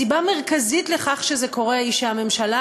סיבה מרכזית לכך שזה קורה היא שהממשלה